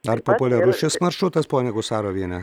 ar populiarus šis maršrutas ponia gusaroviene